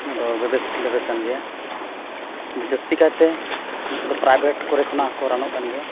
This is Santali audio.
ᱟᱫᱚ ᱵᱮᱵᱮᱥ ᱦᱚᱸ ᱵᱮᱵᱮᱥ ᱠᱟᱱᱜᱮᱭᱟ ᱟᱫᱚ ᱡᱟᱹᱥᱛᱤ ᱠᱟᱭᱛᱮ ᱱᱤᱛᱚᱜ ᱫᱚ ᱯᱨᱟᱭᱵᱷᱮᱴ ᱠᱚᱨᱮ ᱠᱷᱚᱱᱟᱜ ᱦᱚᱸᱠᱚ ᱨᱟᱱᱚᱜ ᱠᱟᱱ ᱜᱮᱭᱟ